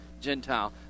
Gentile